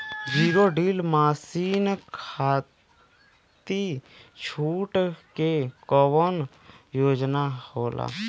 Zero deal मासिन खाती छूट के कवन योजना होला?